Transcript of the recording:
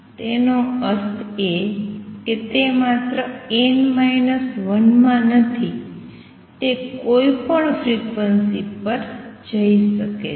તેનો અર્થ એ કે તે માત્ર n 1 નથી તે કોઈપણ ફ્રિકવન્સી પર જઈ શકે છે